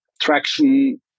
traction